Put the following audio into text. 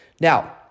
Now